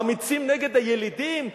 אמיצים נגד הילידים?